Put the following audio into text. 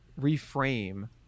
reframe